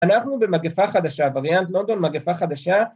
‫אנחנו במגפה חדשה, ‫ווריאנט לונדון, מגפה חדשה.